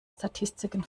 statistiken